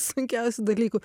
sunkiausių dalykų